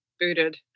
booted